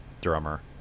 drummer